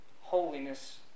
holiness